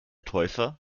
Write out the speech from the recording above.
täufer